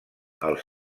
als